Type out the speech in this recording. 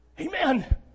Amen